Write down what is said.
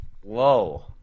Whoa